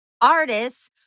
Artists